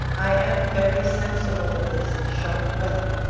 i am very sensible of this sharp weather.